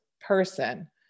person